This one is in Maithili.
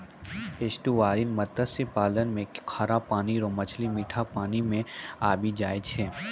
एस्टुअरिन मत्स्य पालन मे खारा पानी रो मछली मीठा पानी मे आबी जाय छै